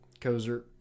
Kozer